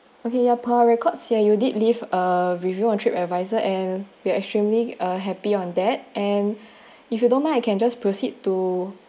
okay ya per record ya you did leave uh review on trip advisor and we're extremely uh happy on that and if you don't mind I can just proceed to